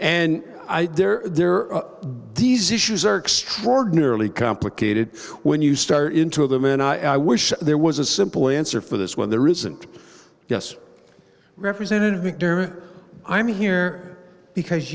and there there are these issues are extraordinarily complicated when you start in two of them and i wish there was a simple answer for this one there isn't yes representative mcdermott i'm here because